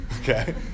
okay